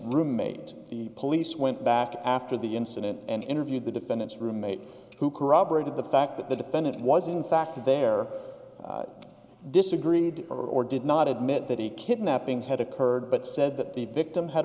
roommate the police went back to after the incident and interviewed the defendant's roommate who corroborated the fact that the defendant was in fact there disagreed or or did not admit that he kidnapping had occurred but said that the victim had